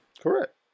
Correct